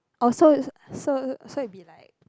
oh so so so it be like